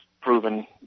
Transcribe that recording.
proven